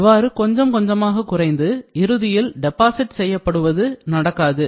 இவ்வாறு கொஞ்சம் கொஞ்சமாக குறைந்து இறுதியில் டெபாசிட் செய்யப்படுவது நடக்காது